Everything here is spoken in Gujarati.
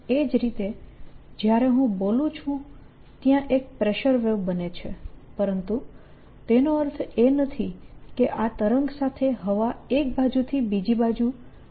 એ જ રીતે જ્યારે હું બોલું છું ત્યાં એક પ્રેશર વેવ બને છે પરંતુ તેનો અર્થ એ નથી કે આ તરંગ સાથે હવા એક બાજુથી બીજી તરફ આગળ વધી રહી છે